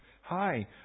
Hi